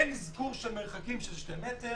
אין אזכור של שני מטר.